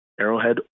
Arrowhead